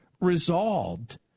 resolved